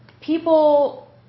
people